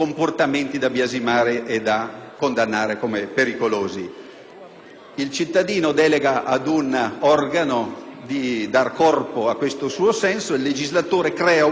Il cittadino delega ad un organo il compito di dare corpo a questo suo senso e il legislatore crea una norma. Se non fosse così, nascerebbero il caos, l'autodifesa